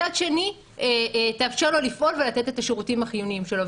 מצד שני תאפשר לו לפעול ולתת את השירותים החיוניים שלו.